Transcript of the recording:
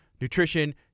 nutrition